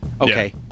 okay